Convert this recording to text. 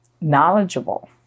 knowledgeable